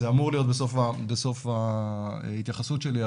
זה אמור להיות בסוף ההתייחסות שלי,